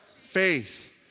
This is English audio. Faith